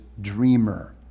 dreamer